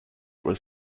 was